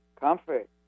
comfort